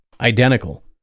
identical